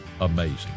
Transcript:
amazing